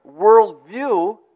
worldview